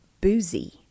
boozy